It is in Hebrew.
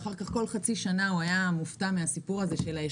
ואחר כך כל חצי שנה הוא היה מופתע מהסיפור של האשכולות,